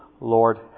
Lord